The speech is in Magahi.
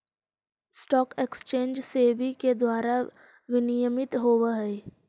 स्टॉक एक्सचेंज सेबी के द्वारा विनियमित होवऽ हइ